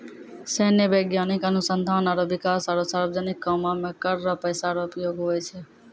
सैन्य, वैज्ञानिक अनुसंधान आरो बिकास आरो सार्वजनिक कामो मे कर रो पैसा रो उपयोग हुवै छै